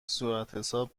صورتحساب